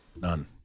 none